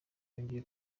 yongeye